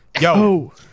Yo